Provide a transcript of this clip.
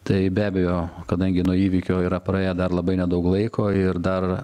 tai be abejo kadangi nuo įvykio yra praėję dar labai nedaug laiko ir dar